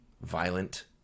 violent